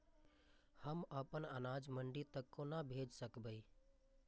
हम अपन अनाज मंडी तक कोना भेज सकबै?